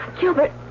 Gilbert